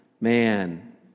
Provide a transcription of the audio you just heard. man